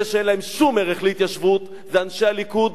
אלה שאין להם שום ערך להתיישבות זה אנשי הליכוד,